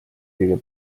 kõige